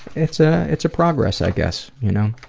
it's ah it's a progress i guess you know?